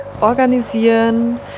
organisieren